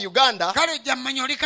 Uganda